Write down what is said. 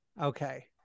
Okay